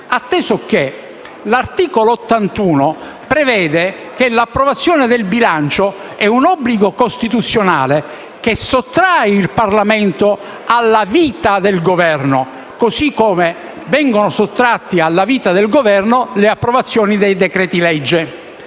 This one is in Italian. atteso che l'articolo 81 della Costituzione prevede che l'approvazione del bilancio sia un obbligo costituzionale che sottrae il Parlamento alla vita del Governo, così come viene sottratta alla vita del Governo la conversione dei decreti-legge.